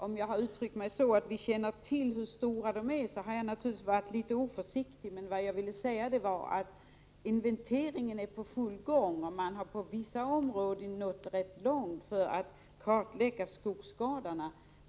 Om jag uttryckt mig så att vi känner till hur stora skogsskadorna är, har jag naturligtvis varit lite oförsiktig. Vad jag ville säga var att inventeringen är i full gång och att man på vissa områden har nått rätt långt när det gäller att kartlägga skadorna.